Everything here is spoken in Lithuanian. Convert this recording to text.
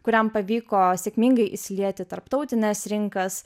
kuriam pavyko sėkmingai įsilieti tarptautines rinkas